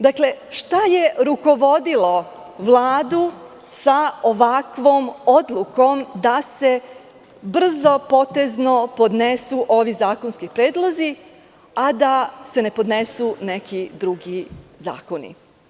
Dakle, šta je rukovodilo Vladu sa ovakvom odlukom da se brzo potezno podnesu ovi zakonski predlozi a da se ne podnesu neki drugi zakoni?